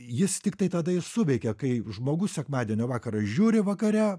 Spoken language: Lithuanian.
jis tiktai tada ir suveikia kai žmogus sekmadienio vakarą žiūri vakare